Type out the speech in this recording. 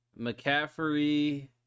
McCaffrey